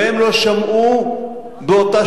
והם לא שמעו באותה